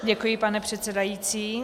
Děkuji, pane předsedající.